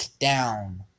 down